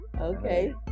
okay